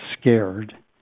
scared